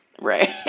Right